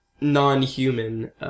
non-human